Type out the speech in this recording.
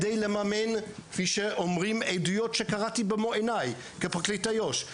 כפי שאומרות עדויות שקראתי במו עיניי כפרקליט איו"ש,